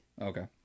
Okay